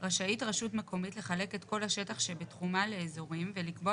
רשאית רשות מקומית לחלק את כל השטח שבתחומה לאזורים ולקבוע